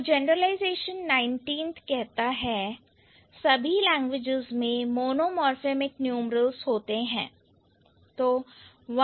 तो generalization 19th कहता है कि सभी लैंग्वेतेज़ में मोनोमोर्फेमिक न्यूमरल्स होते हैं